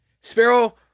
Sparrow